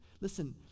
Listen